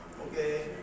okay